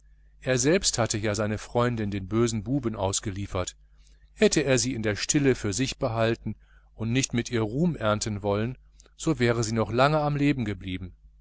er selbst hatte ja seine freundin den bösen buben ausgeliefert hätte er sie in der stille für sich behalten und nicht mit ihr ruhm ernten wollen so wäre sie noch lange am leben geblieben